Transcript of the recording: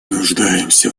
нуждаемся